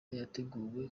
yateguwe